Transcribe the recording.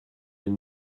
elle